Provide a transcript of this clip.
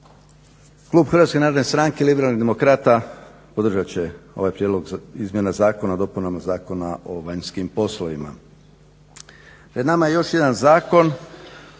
Klub Hrvatske narodne stranke Liberalnih demokrata podržati će ovaj Prijedlog izmjena Zakona o dopunama Zakona o vanjskim poslovima. Pred nama je još jedan zakon